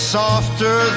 softer